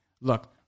Look